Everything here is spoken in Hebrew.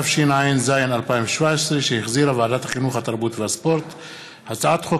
לקריאה שנייה ולקריאה שלישית: הצעת חוק